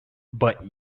but